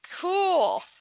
cool